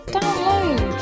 Download